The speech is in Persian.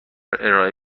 ارائه